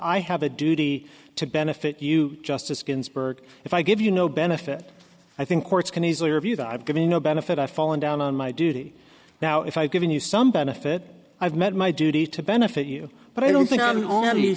i have a duty to benefit you justice ginsburg if i give you no benefit i think courts can easily review that i've given you no benefit i falling down on my duty now if i've given you some benefit i've met my duty to benefit you but i don't think i